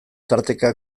tarteka